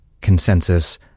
consensus